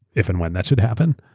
if and when that should happen.